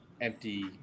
empty